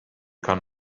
kann